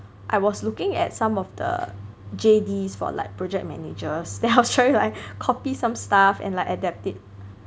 I was looking at some of the J_Ds for like project managers then I was trying to like copy some stuff and adapt it